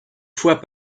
fois